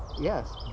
Yes